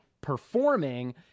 performing